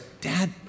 Dad